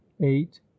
eight